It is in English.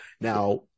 Now